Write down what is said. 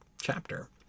chapter